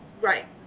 right